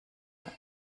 are